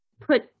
put